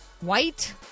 white